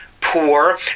poor